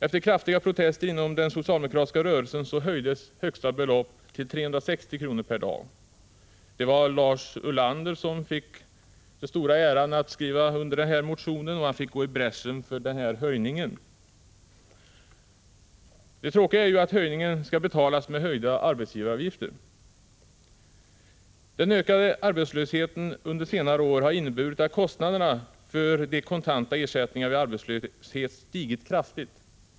Efter kraftiga protester inom den socialdemokratiska rörelsen höjdes det högsta beloppet till 360 kr./dag. Det var Lars Ulander som fick den stora äran att skriva under denna motion, och han fick gå i bräschen för denna höjning. Det tråkiga är att höjningen skall betalas genom en höjning av arbetsgivaravgifterna. Den ökade arbetslösheten under senare år har inneburit att kostnaderna för de kontanta ersättningarna vid arbetslöshet har stigit kraftigt.